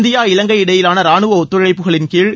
India இலங்கை இடையிலான ராணுவ ஒத்துழைப்புகளின்கீழ்